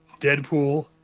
Deadpool